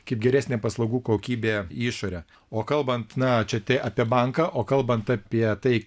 kaip geresnė paslaugų kokybė į išorę o kalbant na čia apie banką o kalbant apie tai